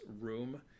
room